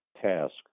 task